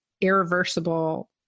irreversible